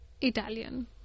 Italian